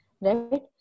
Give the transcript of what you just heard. right